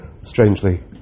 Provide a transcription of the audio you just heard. strangely